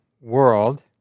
world